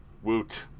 Woot